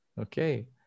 okay